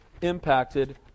impacted